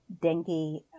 dengue